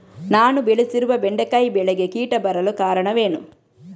ನಾನು ಬೆಳೆಸಿರುವ ಬೆಂಡೆಕಾಯಿ ಬೆಳೆಗೆ ಕೀಟ ಬರಲು ಕಾರಣವೇನು?